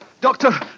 Doctor